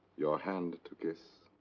your hand to kiss.